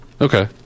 Okay